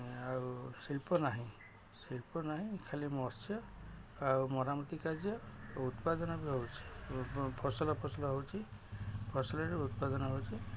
ଆଉ ଶିଳ୍ପ ନାହିଁ ଶିଳ୍ପ ନାହିଁ ଖାଲି ମତ୍ସ୍ୟ ଆଉ ମରାମତି କାର୍ଯ୍ୟ ଉତ୍ପାଦନ ବି ହେଉଛିି ଫସଲ ଫସଲ ହେଉଛି ଫସଲରେ ଉତ୍ପାଦନ ହେଉଛି